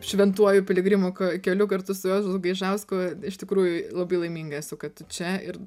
šventuoju piligrimų keliu kartu su juozu gaižausku iš tikrųjų labai laiminga esu kad tu čia ir